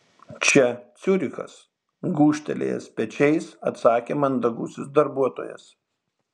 čia ciurichas gūžtelėjęs pečiais atsakė mandagusis darbuotojas